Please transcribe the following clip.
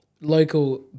Local